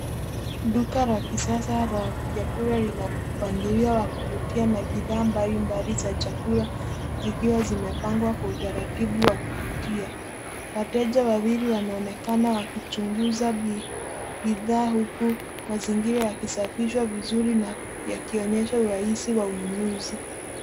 Duka la kisasa la vyakula lina mpangilio wa kuvutia na bidhaa mbalimbali za chakula zikiwa zimepangwa kwa utaratibu wa kuvutia. Wateja wawili wanaonekana wakichunguza bidhaa huku mazingira yakisafishwa vizuri na yakionyesha urahisi wa ununuzi.